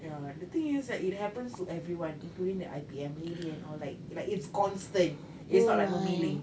ya the thing is that it happens to everyone including the I_P_M lady and all like like it's constant it's not like memilih